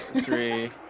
three